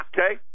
Okay